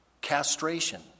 castration